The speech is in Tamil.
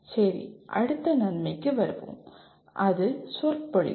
சரி அடுத்த நன்மைக்கு வருவோம் அது "சொற்பொழிவு"